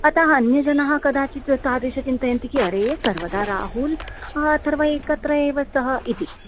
अतः अन्यजनः कदाचित् तादृशं चिन्तयन्ति कि अरे सर्वदा राहुल् अथर्व एकत्र एव सः इति